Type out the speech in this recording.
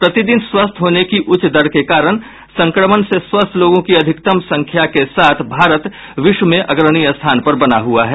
प्रतिदिन स्वस्थ होने की उच्च दर के कारण संक्रमण से स्वस्थ लोगों की अधिकतम संख्या के साथ भारत विश्व में अग्रणी स्थान पर बना हुआ है